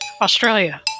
Australia